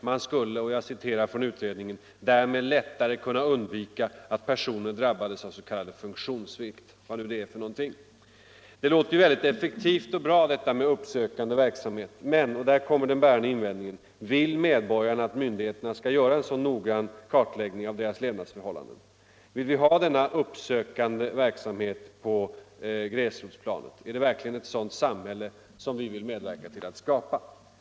Man skulle — och jag citerar från utredningen — därmed ”lättare kunna undvika att personer drabbades av s.k. funktionssvikt” — vad nu det är för någonting. Det låter ju väldigt effektivt och bra, detta med uppsökande verksamhet, men — och där kommer den bärande invändningen — vill medborgarna att myndigheterna skall göra en sådan noggrann kartläggning av deras levnadsförhållanden? Vill vi ha denna uppsökande verksamhet på gräsrotsplanet? Är det verkligen ett sådant samhälle som vi vill medverka till att skapa?